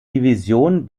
division